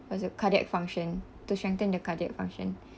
what's that cardiac function to strengthen the cardiac function